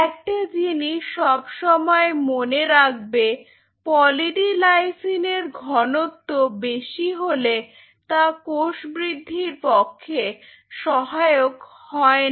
একটা জিনিস সব সময় মনে রাখবে পলি ডি লাইসিন এর ঘনত্ব বেশি হলে তা কোষ বৃদ্ধির পক্ষে সহায়ক হয় না